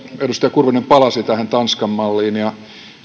edustaja kurvinen palasi tähän tanskan malliin ja